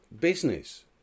business